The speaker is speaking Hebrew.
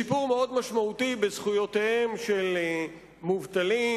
לשיפור מאוד משמעותי בזכויותיהם של מובטלים,